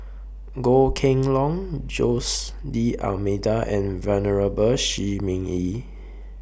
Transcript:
Goh Kheng Long Jose D'almeida and Venerable Shi Ming Yi